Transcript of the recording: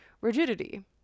rigidity